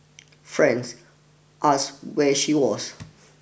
friends asked where she was